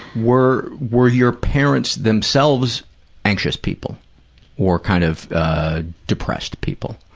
were were your parents themselves anxious people or kind of depressed people?